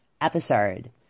episode